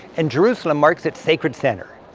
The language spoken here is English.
and jerusalem marks its sacred center.